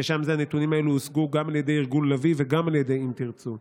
ושם הנתונים האלה הושגו גם על ידי ארגון לביא וגם על ידי אם תרצו.